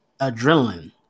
adrenaline